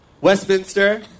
Westminster